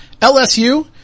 LSU